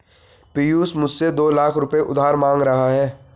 पियूष मुझसे दो लाख रुपए उधार मांग रहा है